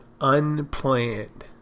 unplanned